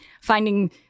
finding